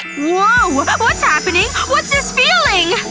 whoa! but what's happening? what's this feeling?